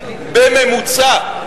בממוצע,